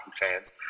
fans